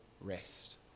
rest